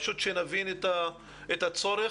פשוט שנבין את הצורך.